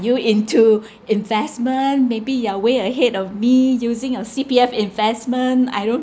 you into investment maybe you are way ahead of me using your C_P_F investment I don't